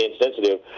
insensitive